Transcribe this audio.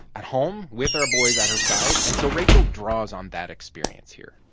at home with our boys at her side. and so rachel draws on that experience here